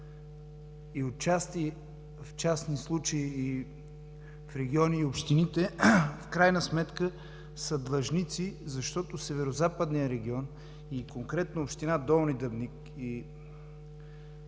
в частни случаи, региони и общини в крайна сметка са длъжници, защото в Северозападния регион и конкретно в община Долни Дъбник